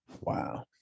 Wow